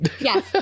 Yes